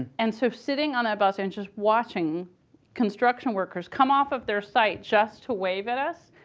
and and so sitting on that bus and just watching construction workers come off of their site just to wave at us,